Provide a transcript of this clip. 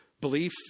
belief